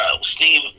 Steve